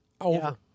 Over